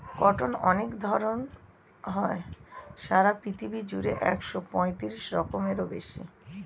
cotton অনেক ধরণ হয়, সারা পৃথিবী জুড়ে একশো পঁয়ত্রিশ রকমেরও বেশি